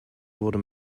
wurde